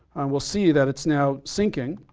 we'll see that it's now sinking.